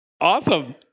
Awesome